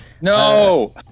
No